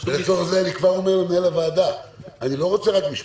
לצורך זה אני כבר אומר למנהל הוועדה שאני לא רוצה רק משפטנים.